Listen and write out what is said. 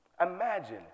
Imagine